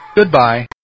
Goodbye